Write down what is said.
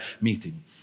meeting